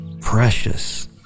precious